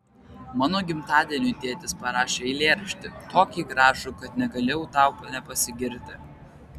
mano gimtadieniui tėtis parašė eilėraštį tokį gražų kad negaliu tau nepasigirti